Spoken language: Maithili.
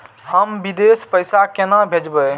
हम विदेश पैसा केना भेजबे?